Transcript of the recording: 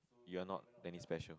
you are not very special